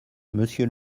monsieur